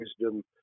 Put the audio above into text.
wisdom